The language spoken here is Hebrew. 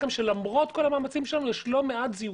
ולמרות כל המאמצים שלנו יש לא מעט זיופים.